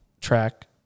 track